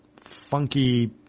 funky